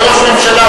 כשהוא יהיה ראש ממשלה,